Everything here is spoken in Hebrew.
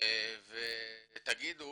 ותגידו